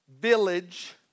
village